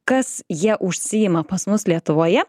kas jie užsiima pas mus lietuvoje